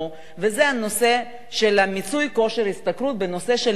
וזה הנושא של מיצוי כושר ההשתכרות בנושא של הדיור.